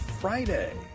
friday